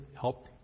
help